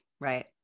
right